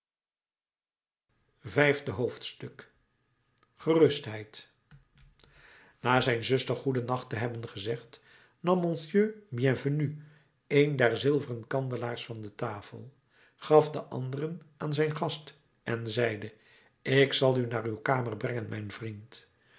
vijfde hoofdstuk gerustheid na zijn zuster goeden nacht te hebben gezegd nam monseigneur bienvenu een der zilveren kandelaars van de tafel gaf den anderen aan zijn gast en zeide ik zal u naar uw kamer brengen mijn vriend